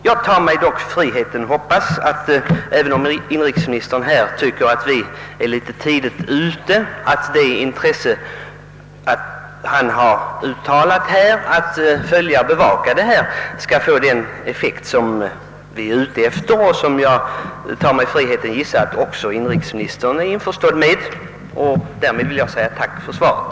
Även om inrikesministern tycker att vi är litet tidigt ute, tar jag mig friheten att hoppas att det intresse han har uttalat för att följa och bevaka denna fråga skall få den effekt som vi önskar och som jag gissar att också inrikesministern är införstådd med. Härmed vill jag säga tack för svaret.